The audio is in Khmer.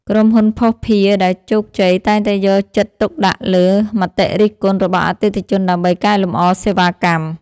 ក្រុមហ៊ុនភស្តុភារដែលជោគជ័យតែងតែយកចិត្តទុកដាក់លើមតិរិះគន់របស់អតិថិជនដើម្បីកែលម្អសេវាកម្ម។